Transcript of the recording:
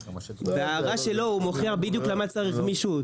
בהערה שלו הוא מוכיח למה צריך גמישות.